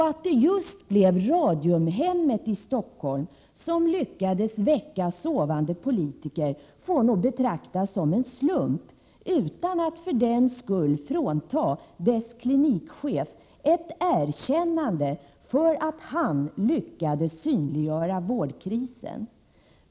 Att det just blev Radiumhemmet i Stockholm som lyckades väcka sovande politiker får nog betraktas som en slump, utan att jag för den skull vill frånta dess klinikchef ett erkännande för att han lyckades synliggöra vårdkrisen.